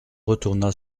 retourna